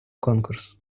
конкурс